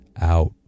out